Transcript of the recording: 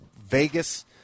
Vegas